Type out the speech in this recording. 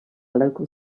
local